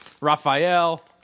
Raphael